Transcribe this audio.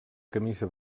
camisa